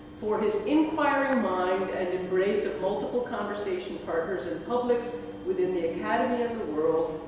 for his inquiring mind and embrace of multiple conversation partners and publics within the academy and the world,